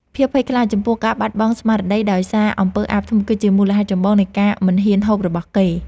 ភាពភ័យខ្លាចចំពោះការបាត់បង់ស្មារតីដោយសារអំពើអាបធ្មប់គឺជាមូលហេតុចម្បងនៃការមិនហ៊ានហូបរបស់គេ។